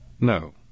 no